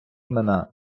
імена